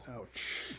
Ouch